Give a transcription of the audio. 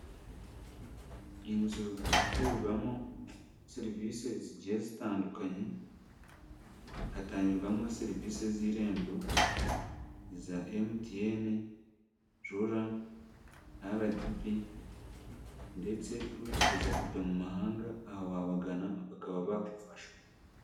Inzu ikorerwamo serivise zigiye zitandukanye, hatangirwamo serivise z'irembo iza MTN, RURA ndetse uwifuza kujya mu mahanga aha wabagana bakaba bagufasha.